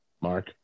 Mark